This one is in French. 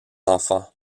enfants